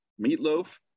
meatloaf